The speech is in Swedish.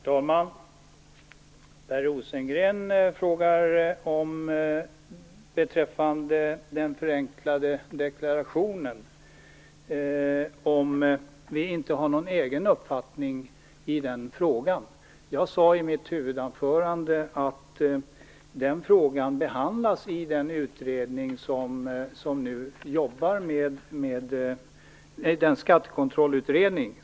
Herr talman! Per Rosengren frågar beträffande den förenklade deklarationen om vi inte har någon egen uppfattning i den frågan. Jag sade i mitt huvudanförande att den frågan behandlas i en skattekontrollutredning.